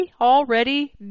already